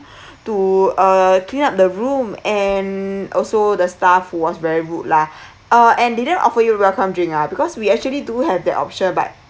to uh clean up the room and also the staff was very rude lah uh and they didn't offer you welcome drink lah because we actually do have that option but